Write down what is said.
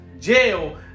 jail